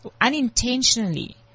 Unintentionally